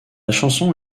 chanson